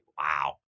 wow